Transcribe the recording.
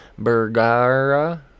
Bergara